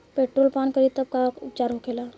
Petrol पान करी तब का उपचार होखेला?